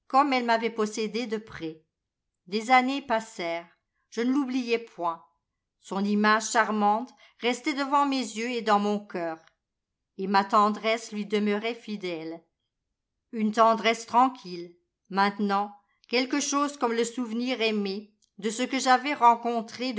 elle m'avait possédé de près des années passèrent je ne l'oubliais point son image charmante restait devant mes yeux et dans mon cœur et ma tendresse lui demeurait fidèle une tendresse tranquille maintenant quelque chose comme le souvenir aimé de ce que j'avais rencontré